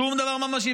שום דבר ממשי.